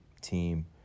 team